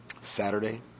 Saturday